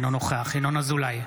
אינו נוכח ינון אזולאי,